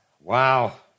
Wow